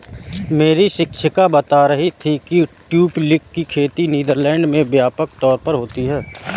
मेरी शिक्षिका बता रही थी कि ट्यूलिप की खेती नीदरलैंड में व्यापक तौर पर होती है